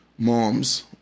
Moms